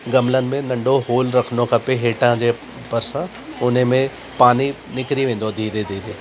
ग़मलनि में नंढो होल रखिणो खपे हेठां जे भरसां उन में पानी निकिरी वेंदो धीरे धीरे